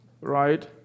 Right